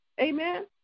Amen